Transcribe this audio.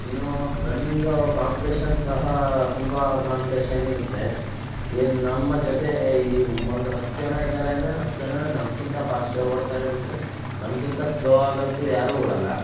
ಇನ್ನು running competition ಸಹ ತುಂಬ ಕಾಂಪಿಟೇಷನ್ ಇರುತ್ತೆ ಏನು ನಮ್ಮ ಜೊತೆ ಒಂದು ಹತ್ತು ಜನ ಇದ್ದಾರೆ ಅಂದರೆ ಹತ್ತು ಜನನೂ ನಮ್ಗಿಂತ ಫಾಸ್ಟಾಗಿ ಓಡ್ತಾರೆ ಬಿಟ್ಟರೆ ನಮ್ಗಿಂತ ಸ್ಲೋ ಆಗಂತೂ ಯಾರೂ ಓಡೋಲ್ಲ